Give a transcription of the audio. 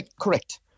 correct